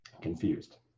confused